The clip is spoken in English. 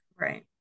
Right